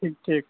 ठीक ठीक